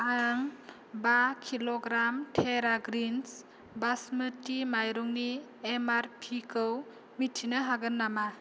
आं बा किल'ग्राम तेरा ग्रिन्स बास्मति माइरंनि एम आर पि खौ मिथिनो हागोन नामा